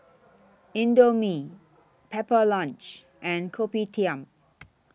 Indomie Pepper Lunch and Kopitiam